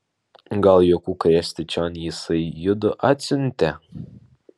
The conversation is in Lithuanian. gal juokų krėsti čion jisai judu atsiuntė